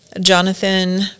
jonathan